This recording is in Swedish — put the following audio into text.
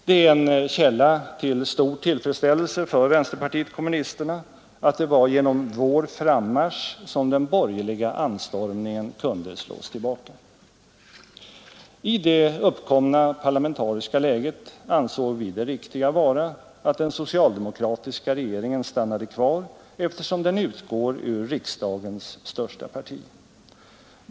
Det är en källa till stor tillfredsställelse för vänsterpartiet kommunisterna att det var genom vår frammarsch som den borgerliga anstormningen kunde slås tillbaka. I det uppkomna parlamentariska läget ansåg vi det riktiga vara att den socialdemokratiska regeringen stannade kvar, eftersom den utgår ur riksdagens största parti.